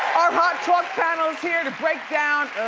talk panel's here to break down